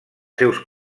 seus